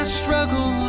struggle